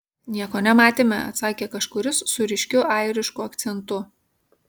nieko nematėme atsakė kažkuris su ryškiu airišku akcentu